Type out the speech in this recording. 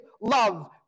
love